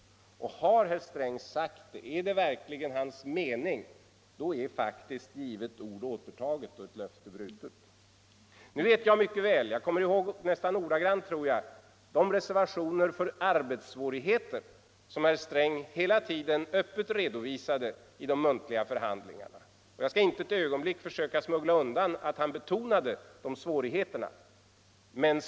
Har herr Sträng sagt detta, och är det verkligen hans mening, är faktiskt givet ord återtaget och ett löfte brutet. 140 Nu minns jag mycket väl — jag kommer ihåg dem nästan ordagrant, tror jag — de reservationer för arbetssvårigheter som herr Sträng hela tiden öppet redovisade i de muntliga förhandlingarna. Jag skall inte ett ögonblick försöka smuggla undan att han betonade svårigheterna.